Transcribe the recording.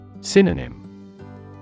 Synonym